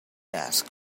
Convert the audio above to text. asked